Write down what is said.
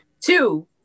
Two